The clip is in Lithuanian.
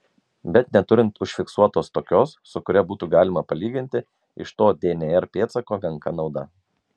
bet neturint užfiksuotos tokios su kuria būtų galima palyginti iš to dnr pėdsako menka nauda